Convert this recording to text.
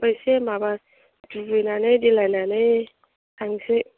आंबो एसे माबा दुगैनानै देलायनानै थांसै